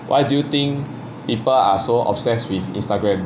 why do you think people are so obsessed with instagram